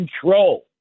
control